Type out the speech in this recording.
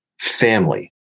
family